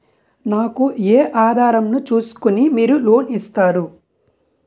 నాకు ఏ ఆధారం ను చూస్కుని మీరు లోన్ ఇస్తారు?